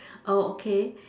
oh okay